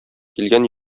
килгән